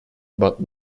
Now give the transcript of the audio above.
but